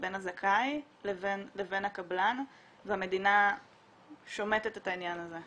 בין הזכאי לבין הקבלן והמדינה שומטת את העניין הזה.